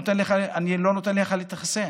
אני לא נותן לך להתחסן.